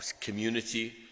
community